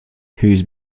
whose